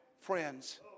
friends